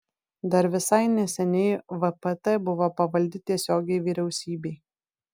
dar visai neseniai vpt buvo pavaldi tiesiogiai vyriausybei